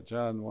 John